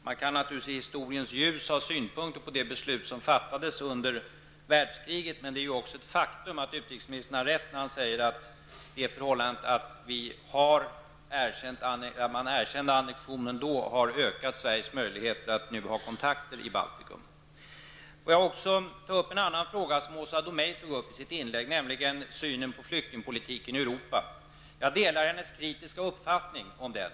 Man kan naturligtvis i historiens ljus ha synpunkter på det beslut som fattades under andra världskriget, men det är också ett faktum att utrikesministern har rätt när han säger att det förhållandet att man då erkände annektionen har ökat Sveriges möjligheter att nu ha kontakter i Jag vill också ta upp en annan fråga som Åsa Domeij berörde i sitt inlägg, nämligen synen på flyktingpolitiken i Europa. Jag delar hennes kritiska uppfattning om den.